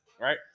right